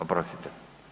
Oprostite.